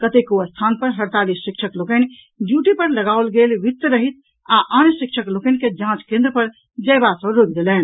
कतेको स्थान पर हड़ताली शिक्षक लोकनि ड्यूटी पर लगाओल गेल वित्त रहित आ आन शिक्षक लोकनि के जांच केन्द्र पर जयबा सॅ रोकि देलनि